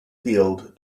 field